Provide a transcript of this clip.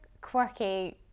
quirky